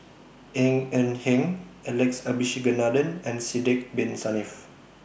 Ng Eng Hen Alex Abisheganaden and Sidek Bin Saniff